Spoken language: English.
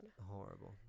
Horrible